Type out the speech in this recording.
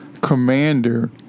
commander